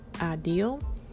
ideal